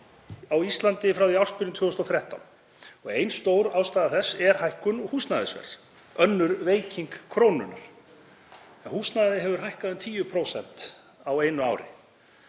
á Íslandi frá því í ársbyrjun 2013 og ein stór ástæða þess er hækkun húsnæðisverðs. Önnur er veiking krónunnar. Húsnæði hefur hækkað um 10% á einu ári.